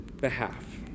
behalf